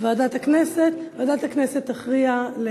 הקצאת תקציב לפרסום של גופים ציבוריים